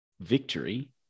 victory